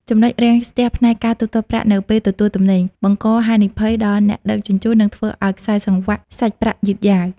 ចំណុចរាំងស្ទះផ្នែក "ការទូទាត់ប្រាក់នៅពេលទទួលទំនិញ"បង្កហានិភ័យដល់អ្នកដឹកជញ្ជូន និងធ្វើឱ្យខ្សែសង្វាក់សាច់ប្រាក់យឺតយ៉ាវ។